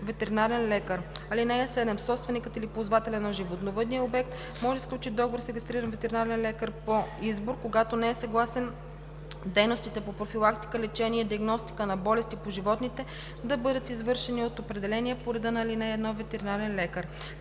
ветеринарен лекар. (7) Собственикът или ползвателят на животновъдния обект може да сключи договор с регистриран ветеринарен лекар по избор, когато не е съгласен дейностите по профилактика, лечение и диагностика на болести по животните да бъдат извършвани от определения по реда на ал. 1 ветеринарен лекар.